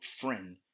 friend